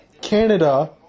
Canada